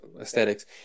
aesthetics